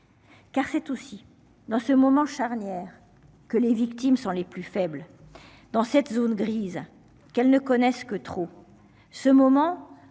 Car c'est aussi dans ce moment charnière que les victimes sont les plus faibles dans cette zone grise qu'elles ne connaissent que trop